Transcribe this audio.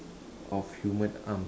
of human arms